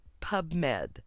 PubMed